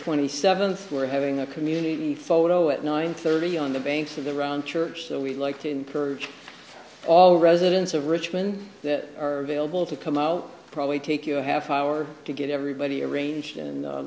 twenty seventh we're having a community photo at nine thirty on the banks of the round church so we'd like to encourage all residents of richmond that are available to come out probably take you a half hour to get everybody arranged